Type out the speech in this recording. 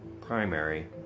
primary